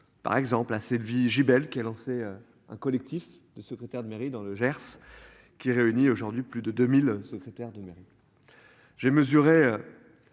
Par exemple à cette vie JBL qui a lancé un collectif de secrétaire de mairie dans le Gers qui réunit aujourd'hui plus de 2000, secrétaire de mairie. J'ai mesuré.